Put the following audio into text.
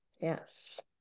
Yes